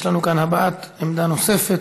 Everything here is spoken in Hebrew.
יש לנו כאן הבעת עמדה נוספת,